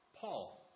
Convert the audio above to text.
Paul